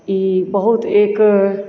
ई बहुत एक